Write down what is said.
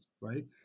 right